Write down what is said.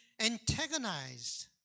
antagonized